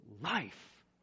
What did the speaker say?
life